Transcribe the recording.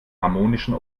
harmonischen